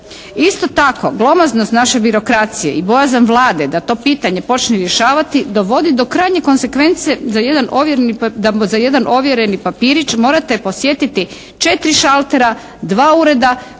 Isto tako, glomaznost naše birokracije i bojazan Vlade da to pitanje počne rješavati dovodi do krajnje konzekvence da za jedan ovjereni papirić morate posjetiti četiri šaltera, dva ureda